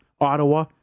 Ottawa